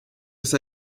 ist